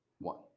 one